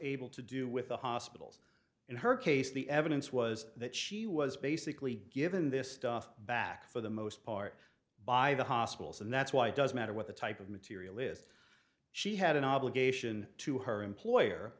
able to do with the hospitals in her case the evidence was that she was basically given this stuff back for the most part by the hospitals and that's why it does matter what the type of material is she had an obligation to her employer